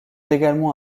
également